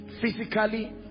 physically